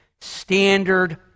Standard